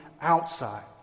outside